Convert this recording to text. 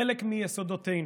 חלק מיסודותינו,